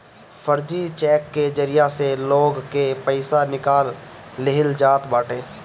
फर्जी चेक के जरिया से लोग के पईसा निकाल लिहल जात बाटे